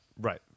Right